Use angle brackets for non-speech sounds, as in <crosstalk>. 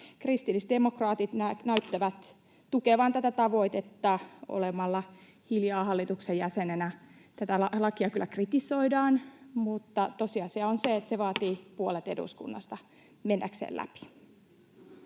Kristillisdemokraatit näyttävät <noise> tukevan tätä tavoitetta olemalla hiljaa hallituksen jäsenenä. Tätä lakia kyllä kritisoidaan, mutta tosiasia on se, <noise> että se vaatii puolet eduskunnasta mennäkseen läpi.